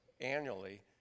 Annually